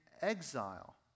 exile